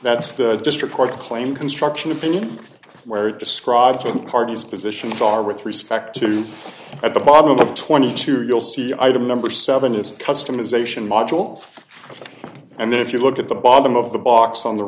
that's the district court's claim construction opinion where it describes when the party's positions are with respect to at the bottom of twenty two dollars you'll see item number seven is customisation module and then if you look at the bottom of the box on the